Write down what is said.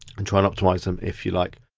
and try and optimise them if you'd like.